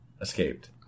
escaped